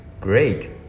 Great